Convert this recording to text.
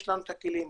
יש לנו את הכלים,